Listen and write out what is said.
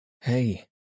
Hey